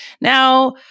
Now